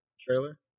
trailer